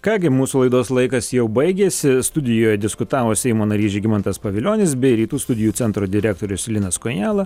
ką gi mūsų laidos laikas jau baigėsi studijoj diskutavo seimo narys žygimantas pavilionis bei rytų studijų centro direktorius linas kojala